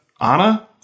Anna